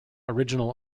original